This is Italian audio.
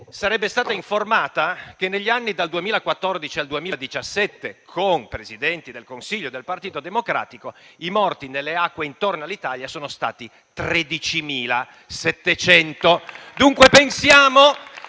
sarebbe stata informata che, negli anni dal 2014 al 2017, con Presidenti del Consiglio del Partito Democratico, i morti nelle acque intorno all'Italia sono stati 13.700.